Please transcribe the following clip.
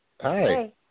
Hi